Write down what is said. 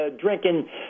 drinking